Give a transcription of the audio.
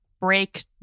break